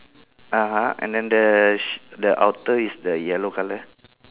(uh huh) and then the outer is the yellow colour